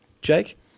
Jake